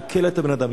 להקל את הבן-אדם,